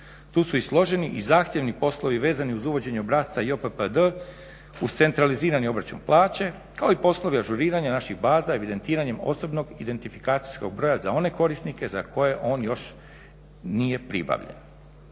Tu su i složeni i zahtjevni poslovi vezano uz uvođenje obrasca JOPPD uz centralizirani obračun plaće kao i poslove ažuriranja naših baza, evidentiranjem osobnog identifikacijskog broja za one korisnike za koje on još nije pribavljen.